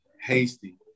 Hasty